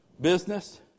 business